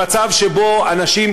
במצב שבו אנשים,